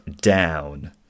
down